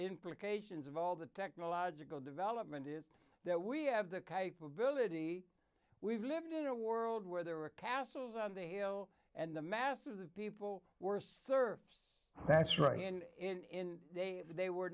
implications of all the technological development is that we have the capability we've lived in a world where there were castles on the hill and the masses of people were served that's right and in that they were